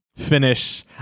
finish